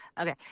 Okay